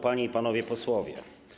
Panie i Panowie Posłowie!